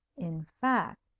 in fact,